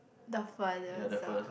the furthest ah